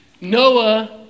Noah